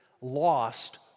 lost